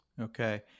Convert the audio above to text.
Okay